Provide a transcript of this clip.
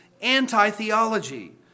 anti-theology